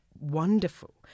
wonderful